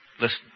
Listen